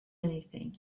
anything